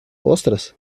ostras